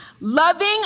Loving